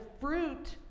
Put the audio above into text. fruit